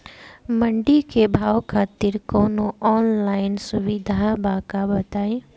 मंडी के भाव खातिर कवनो ऑनलाइन सुविधा बा का बताई?